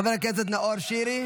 חבר הכנסת נאור שירי,